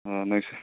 माने